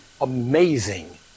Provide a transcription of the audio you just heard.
amazing